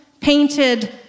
painted